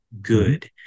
good